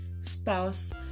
spouse